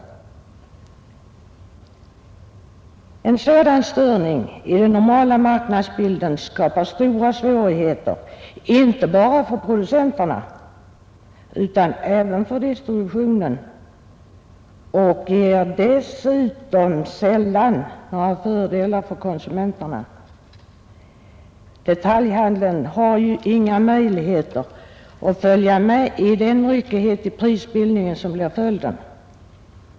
En sådan störning i den normala marknadsbilden skapar stora svårigheter inte bara för producenterna utan även för distributionen och ger dessutom sällan några fördelar för konsumenterna. Detaljhandeln har inga möjligheter att följa med i den ryckighet i prisbildningen som blir följden.